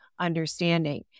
understanding